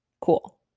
cool